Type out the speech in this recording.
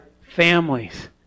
families